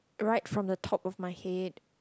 right from the top of my head